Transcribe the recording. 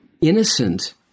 innocent